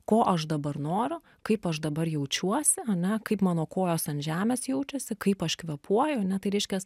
ko aš dabar noriu kaip aš dabar jaučiuosi ane kaip mano kojos ant žemės jaučiasi kaip aš kvėpuoju ane tai reiškias